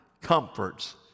comforts